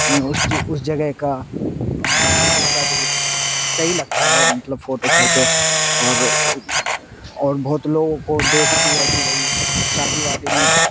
اس اس جگہ کا اور خود کا بھی صحیح لگتا ہے مطلب فوٹو کھینچو اور اور بہت لوگوں کو دیکھا بھی ہے کہ بھائی شادی وادی میں